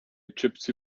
gypsy